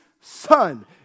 son